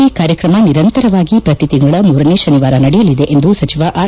ಈ ಕಾರ್ಯಕ್ರಮ ನಿರಂತರವಾಗಿ ಪ್ರತಿ ತಿಂಗಳ ಮೂರನೇ ಶನಿವಾರ ನಡೆಯಲಿದೆ ಎಂದು ಸಚಿವ ಆರ್